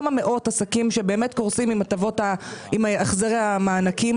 כמה מאות עסקים שבאמת קורסים עם החזרי המענקים.